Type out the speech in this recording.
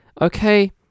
Okay